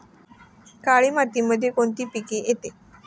काळी मातीमध्ये कोणते पिके येते?